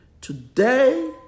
Today